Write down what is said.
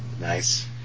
Nice